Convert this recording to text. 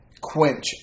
quench